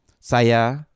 Saya